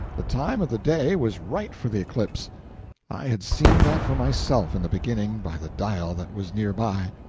the time of the day was right for the eclipse i had seen that for myself, in the beginning, by the dial that was near by.